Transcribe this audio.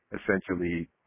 essentially